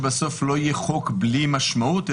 שבסוף לא יהיה חוק בלי משמעות,